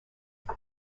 what